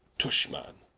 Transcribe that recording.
tush man,